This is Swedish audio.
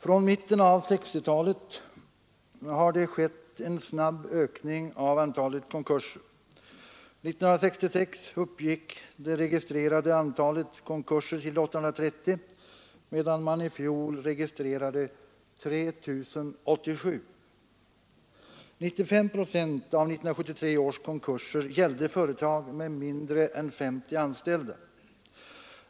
Från mitten av 1960-talet har det varit en snabb ökning av antalet konkurser. 1966 uppgick det registrerade antalet konkurser till 830, medan man i fjol registrerade 3 087. 95 procent av 1973 års konkurser gällde företag med mindre än 50 anställda.